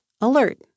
alert